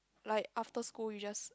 like after school you just